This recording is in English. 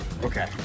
Okay